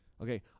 Okay